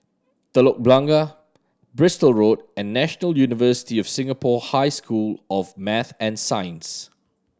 Telok Blangah Bristol Road and National University of Singapore High School of Math and Science